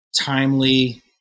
timely